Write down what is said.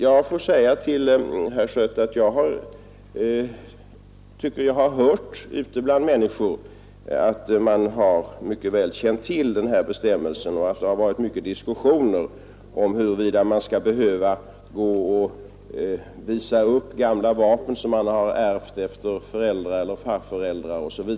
Jag får säga till herr Schött att jag tycker mig ha hört ute bland människor att man mycket väl har känt till den här bestämmelsen och att det har varit många diskussioner om huruvida man skall behöva gå och visa upp gamla vapen som man har ärvt efter föräldrar eller farföräldrar.